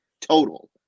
total